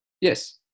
Yes